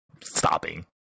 stopping